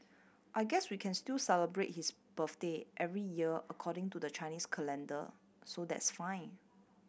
I guess we can still celebrate his birthday every year according to the Chinese calendar so that's fine